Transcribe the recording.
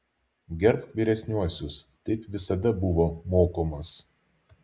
gerbk vyresniuosius taip visada buvo mokomas